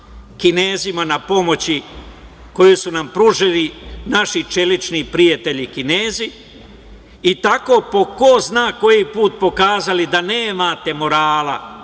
Kinezima na pomoći koju su nam pružili naši čelični prijatelji Kinezi i tako po ko zna koji put pokazali da nemate morala,